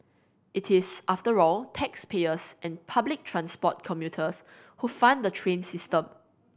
it is after all taxpayers and public transport commuters who fund the train system